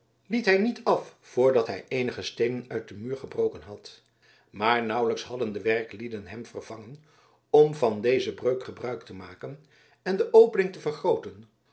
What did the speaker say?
liet hij niet af voordat hij eenige steenen uit de muur gebroken had maar nauwelijks hadden de werklieden hem vervangen om van deze breuk gebruik te maken en de opening te vergrooten